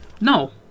No